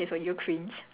okay